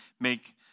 make